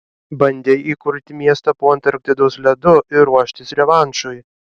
bandei įkurti miestą po antarktidos ledu ir ruoštis revanšui